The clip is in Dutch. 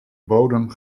bodem